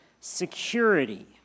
security